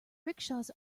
rickshaws